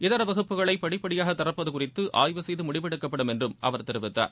இதர வகுப்புகளை படிப்படியாக திறப்பது குறித்து ஆய்வு செய்து முடிவெடுக்கப்படும் என்றும் அவர் தெரிவித்தார்